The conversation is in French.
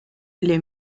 les